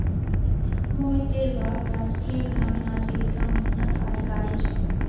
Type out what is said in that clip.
मोहितेर बाप राष्ट्रीय ग्रामीण आजीविका मिशनत अधिकारी छे